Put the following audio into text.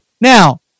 Now